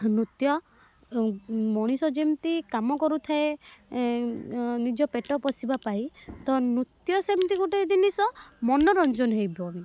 ନୃତ୍ୟ ମଣିଷ ଯେମତି କାମ କରୁଥାଏ ଏଁ ଅଁ ନିଜ ପେଟ ପୋଷିବା ପାଇଁ ତ ନୃତ୍ୟ ସେମତି ଗୋଟେ ଜିନିଷ ମନୋରଞ୍ଜନ ହେବ ହିଁ